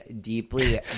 deeply